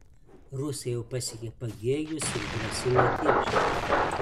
rusai jau pasiekė pagėgius ir grasina tilžei